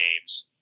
games